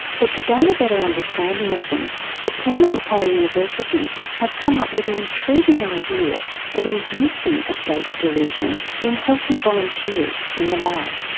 but to gain a better understanding of them the team at macquarie university have come up with an intriguing idea of inducing a state of delusion in healthy volunteers in the lab.